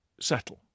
settle